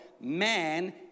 man